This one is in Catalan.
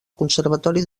conservatori